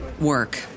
work